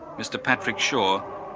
mr patrick shaw,